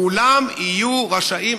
כולם יהיו רשאים,